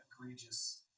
egregious